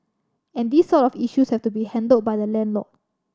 and these sort of issues have to be handled by the landlord